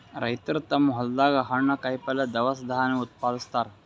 ರೈತರ್ ತಮ್ಮ್ ಹೊಲ್ದಾಗ ಹಣ್ಣ್, ಕಾಯಿಪಲ್ಯ, ದವಸ ಧಾನ್ಯ ಉತ್ಪಾದಸ್ತಾರ್